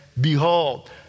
Behold